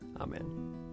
Amen